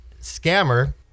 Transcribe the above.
scammer